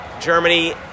Germany